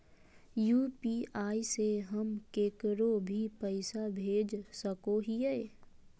UPI से हम केकरो भी पैसा भेज सको हियै?